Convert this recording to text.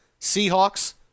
Seahawks